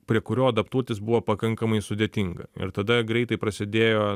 prie kurio adaptuotis buvo pakankamai sudėtinga ir tada greitai prasidėjo